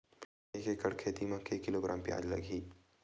एक एकड़ खेती म के किलोग्राम प्याज लग ही?